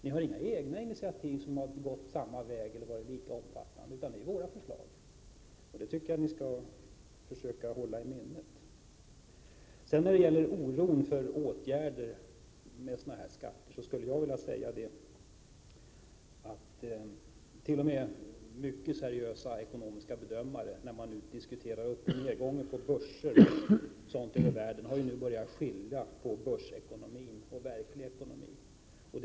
Ni har inga egna initiativ i samma riktning eller som varit lika omfattande; ni har bara våra förslag. Det tycker jag att ni skall hålla i minnet. När det sedan gäller oron för konsekvenserna av sådana här skatter skulle jag vilja säga att mycket seriösa ekonomiska bedömare vid diskussionerna om uppoch nedgången på börser över hela världen nu har börjat skilja på börsekonomi och verklig ekonomi.